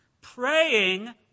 Praying